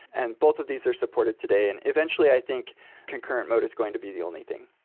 and both of these are supported today. and eventually, i think concurrent mode is going to be the only thing